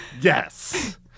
Yes